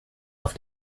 auf